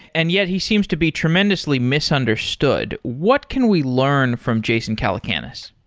and yet, he seems to be tremendously misunderstood. what can we learn from jason calacanis?